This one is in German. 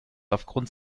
aufgrund